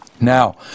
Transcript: now